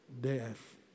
death